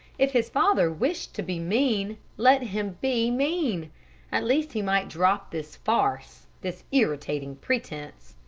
if his father wished to be mean, let him be mean at least he might drop this farce, this irritating pretense.